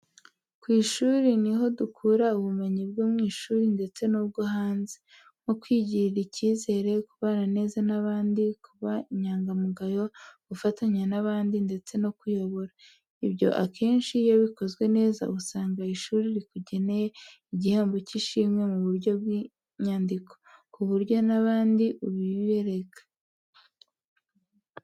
Ku ishuri niho dukura ubumenyi bwo mu ishuri ndetse n’ubwo hanze, nko kwigirira icyizere, kubana neza n’abandi, kuba inyangamugayo, gufatanya n’abandi ndetse no kuyobora. Ibyo akenshi iyo bikozwe neza, usanga ishuri rikugeneye igihembo cy’ishimwe mu buryo bw’inyandiko, ku buryo n’abandi ubibereka.